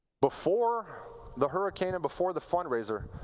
before the hurricane and before the fundraiser,